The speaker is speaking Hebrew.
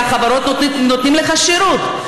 כי החברות נותנות לך שירות,